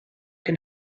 can